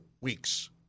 weeks